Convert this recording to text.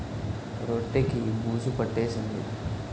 రొట్టె కి బూజు పట్టేసింది